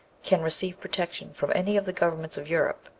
can receive protection from any of the governments of europe,